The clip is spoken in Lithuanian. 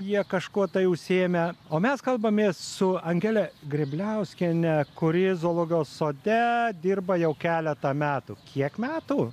jie kažkuo tai užsiėmę o mes kalbamės su angele grėbliauskiene kuri zoologijos sode dirba jau keletą metų kiek metų